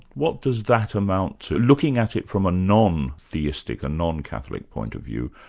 what does that amount to? looking at it from a non-theistic, a non-catholic point of view,